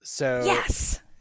Yes